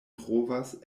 trovas